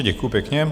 Děkuji pěkně.